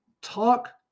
talk